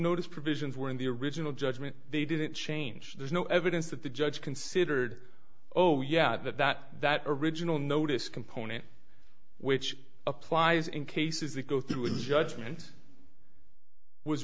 notice provisions were in the original judgment they didn't change there's no evidence that the judge considered oh yeah that that that original notice component which applies in cases they go through with judgment was